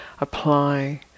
apply